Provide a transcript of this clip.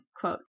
quote